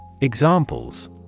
Examples